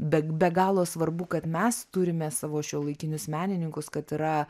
be be galo svarbu kad mes turime savo šiuolaikinius menininkus kad yra